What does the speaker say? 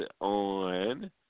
on